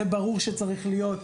זה ברור שצריך להיות.